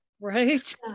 Right